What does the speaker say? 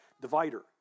divider